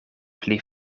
pli